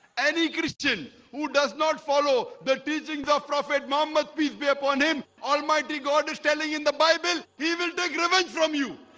any christian who does not follow the teachings of prophet muhammad peace be upon him almighty god is telling in the bible he will take revenge from you